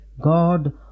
God